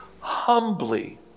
humbly